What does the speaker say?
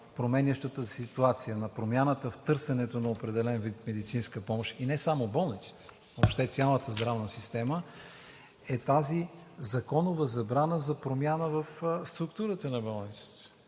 променящата се ситуация, на промяната в търсенето на определен вид медицинска помощ, и не само болниците, въобще цялата здравна система, е тази законова забрана за промяна в структурата на болниците.